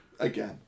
Again